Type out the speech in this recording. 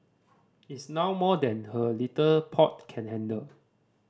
it's now more than her little pot can handle